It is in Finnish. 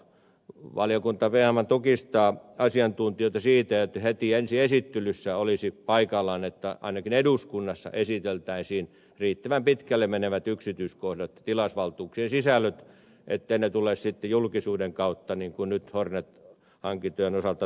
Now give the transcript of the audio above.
valiokunta hieman tukistaa asiantuntijoita siitä koska heti ensi esittelyssä olisi paikallaan että ainakin eduskunnassa esiteltäisiin riittävän pitkälle menevät yksityiskohdat tilausvaltuuksien sisällöt etteivät ne tule sitten julkisuuden kautta niin kuin nyt hornet hankintojen osalta tapahtui